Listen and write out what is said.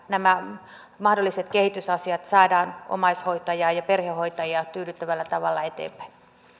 nämä mahdolliset kehitysasiat saadaan omaishoitajaa ja perhehoitajaa tyydyttävällä tavalla eteenpäin